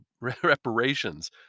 reparations